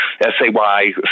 S-A-Y